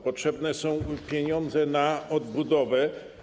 Potrzebne są pieniądze na odbudowę.